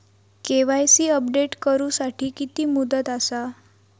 KYC update करू साठी किती मुदत आसा?